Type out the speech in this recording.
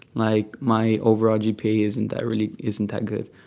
like, my overall gpa isn't that really isn't that good.